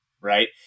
right